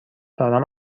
دارم